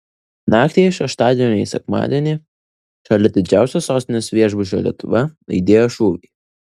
naktį iš šeštadienio į sekmadienį šalia didžiausio sostinės viešbučio lietuva aidėjo šūviai